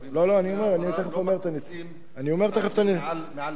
תשלומי העברה לא מקפיצים מעל לקו העוני.